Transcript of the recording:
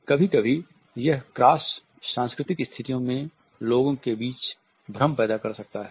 कभी कभी यह क्रॉस सांस्कृतिक स्थितियों में लोगों के बीच भ्रम पैदा कर सकता है